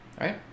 right